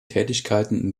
tätigkeiten